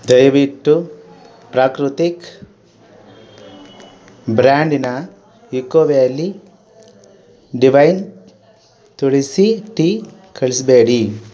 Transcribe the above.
ದಯವಿಟ್ಟು ಪ್ರಾಕೃತಿಕ್ ಬ್ರ್ಯಾಂಡಿನ eco valley divine Tulsi tea ಕಳಿಸ್ಬೇಡಿ